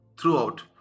throughout